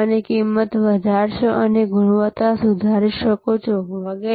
અને કિંમત વધારશો અને ગુણવત્તા સુધારી શકો છો વગેરે